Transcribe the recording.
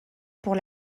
pour